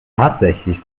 tatsächlich